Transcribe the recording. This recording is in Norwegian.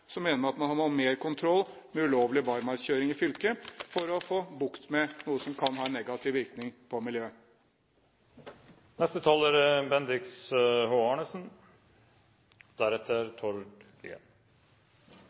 at man må ha mer kontroll med ulovlig barmarkskjøring i fylket for å få bukt med noe som kan ha en negativ virkning på